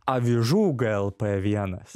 avižų glp vienas